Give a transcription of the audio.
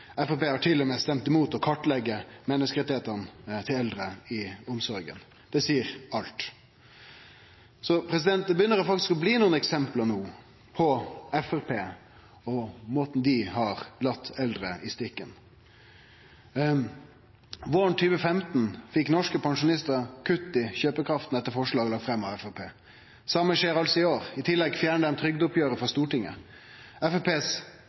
delar har Framstegspartiet stemt imot. Framstegspartiet har til og med stemt imot å kartleggje menneskerettane til eldre i omsorga. Det seier alt. – Det begynner no å bli nokre eksempel på korleis Framstegspartiet har latt eldre i stikken. Våren 2015 fekk norske pensjonistar kutt i kjøpekrafta etter forslag lagt fram av Framstegspartiet. Det same skjer altså i år. I tillegg fjernar dei trygdeoppgjeret